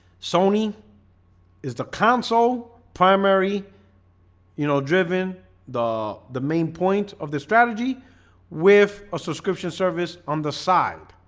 sony is the console primary you know driven the the main point of the strategy with a subscription service on the side